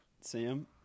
Sam